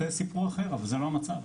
זה סיפור אחר אבל זה לא המצב.